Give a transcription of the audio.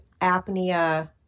apnea